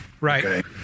Right